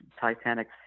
Titanic